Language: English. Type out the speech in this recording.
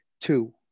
Two